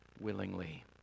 willingly